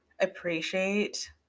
appreciate